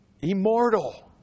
immortal